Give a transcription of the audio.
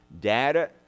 Data